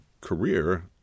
career